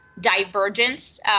divergence